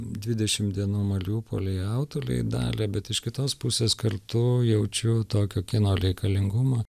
dvidešim dienų mariupolyje autoriai darė bet iš kitos pusės kartu jaučiu tokio kino reikalingumą